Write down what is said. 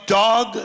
dog